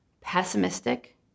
pessimistic